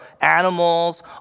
animals